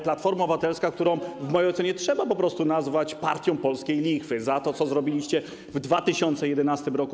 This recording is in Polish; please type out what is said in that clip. Platformę Obywatelską w mojej ocenie trzeba po prostu nazwać partią polskiej lichwy za to, co zrobiliście w 2011 r.